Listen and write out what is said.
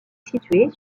située